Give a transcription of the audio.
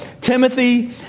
Timothy